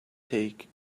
take